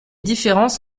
différences